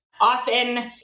Often